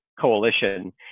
coalition